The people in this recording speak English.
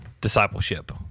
discipleship